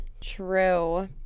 true